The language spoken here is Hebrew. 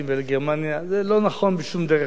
זה לא נכון בשום דרך שהיא, נעזוב את זה.